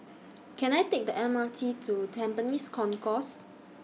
Can I Take The M R T to Tampines Concourse